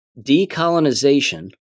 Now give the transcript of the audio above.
decolonization